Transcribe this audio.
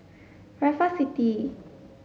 Raffles City